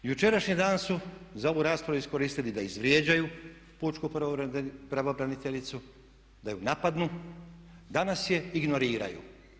Jučerašnji dan su za ovu raspravu iskoristili da izvrijeđaju pučku pravobraniteljicu, da ju napadnu, danas je ignoriraju.